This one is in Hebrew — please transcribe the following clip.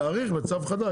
להאריך בצו חדש,